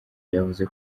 yavuze